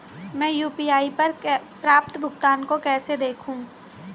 मैं यू.पी.आई पर प्राप्त भुगतान को कैसे देखूं?